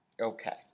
Okay